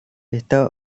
está